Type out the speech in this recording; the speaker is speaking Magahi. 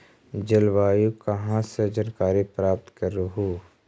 जलवायु कहा से जानकारी प्राप्त करहू?